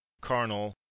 carnal